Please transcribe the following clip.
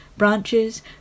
Branches